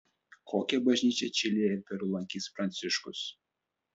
kokią bažnyčią čilėje ir peru lankys pranciškus